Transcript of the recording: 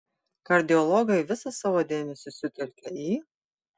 kardiologai visą savo dėmesį sutelkia į